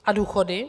A důchody?